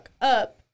up